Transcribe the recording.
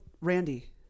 Randy